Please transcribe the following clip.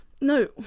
No